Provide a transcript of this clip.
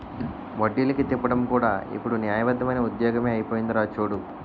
వడ్డీలకి తిప్పడం కూడా ఇప్పుడు న్యాయబద్దమైన ఉద్యోగమే అయిపోందిరా చూడు